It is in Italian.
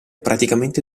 praticamente